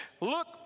Look